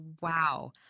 wow